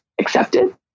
accepted